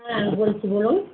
হ্যাঁ বলছি বলুন